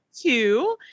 two